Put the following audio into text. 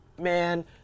man